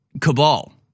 cabal